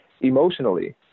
emotionally